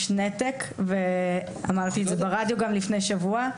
יש נתק ואמרתי את זה ברדיו גם לפני שבוע,